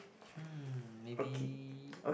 um maybe